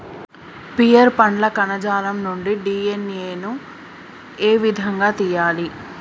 Pear పండ్ల కణజాలం నుండి డి.ఎన్.ఎ ను ఏ విధంగా తియ్యాలి?